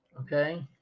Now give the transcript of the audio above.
Okay